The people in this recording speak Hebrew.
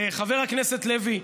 חבר הכנסת לוי,